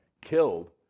killed